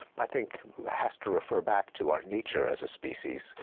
i think has to refer back to our nature as a species,